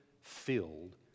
filled